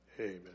amen